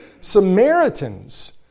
Samaritans